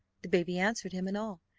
the baby answered him in all,